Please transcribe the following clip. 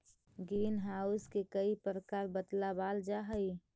green house के कई प्रकार बतलावाल जा हई